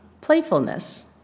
playfulness